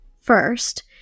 first